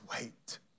wait